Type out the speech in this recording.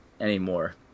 anymore